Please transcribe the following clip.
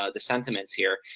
ah the sentiments here.